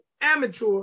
amateur